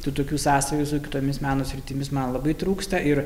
tų tokių sąsajų su kitomis meno sritimis man labai trūksta ir